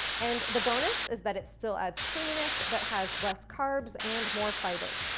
and the bonus is that it still adds creaminess but has less carbs and more fiber.